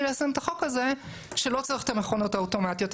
ליישם את החוק הזה שלא צריך את המכונות האוטומטיות.